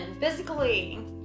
physically